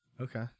Okay